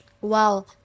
Wow